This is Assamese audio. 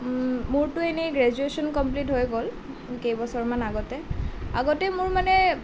মোৰতো এনেই গ্ৰেজুৱেশ্বন কমপ্লিট হৈ গ'ল কেইবছৰ মান আগতে আগতে মোৰ মানে